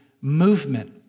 movement